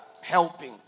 helping